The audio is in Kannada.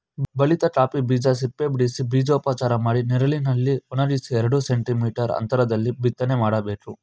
ಬಲಿತ ಕಾಫಿ ಬೀಜ ಸಿಪ್ಪೆಬಿಡಿಸಿ ಬೀಜೋಪಚಾರ ಮಾಡಿ ನೆರಳಲ್ಲಿ ಒಣಗಿಸಿ ಎರಡು ಸೆಂಟಿ ಮೀಟರ್ ಅಂತ್ರದಲ್ಲಿ ಬಿತ್ತನೆ ಮಾಡ್ಬೇಕು